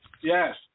Yes